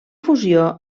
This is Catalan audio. fusió